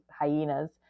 hyenas